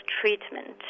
treatment